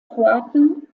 kroaten